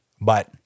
But-